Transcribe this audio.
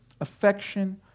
affection